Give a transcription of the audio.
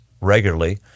regularly